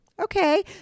Okay